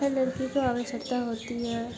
हर लड़की को आवश्यकता होती है